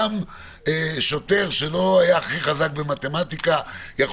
גם שוטר שלא היה הכי חזק במתמטיקה יכול